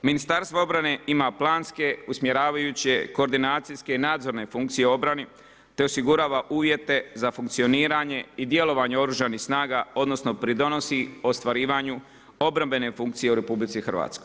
Ministarstvo obrane ima planske usmjeravajuće koordinacijske nadzorne funkcije u obrani, te osigurava uvjete za funkcioniranje i djelovanje Oružanih snaga odnosno pridonosi ostvarivanju obrambene funkcije u RH.